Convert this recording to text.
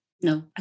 No